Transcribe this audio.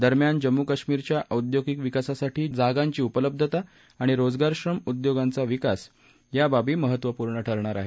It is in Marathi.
दरम्यान जम्मू कश्मीरच्या औद्योगिक विकासासाठी जागांची उपलब्धता आणि रोजगारक्षम उद्योगांचा विकास या बाबी महत्त्वपूर्ण ठरणार आहेत